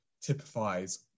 typifies